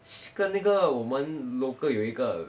是跟那个我们 local 有一个